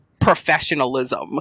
professionalism